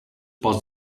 past